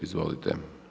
Izvolite.